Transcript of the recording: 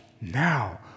now